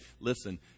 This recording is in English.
listen